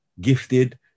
gifted